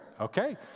okay